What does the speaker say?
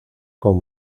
con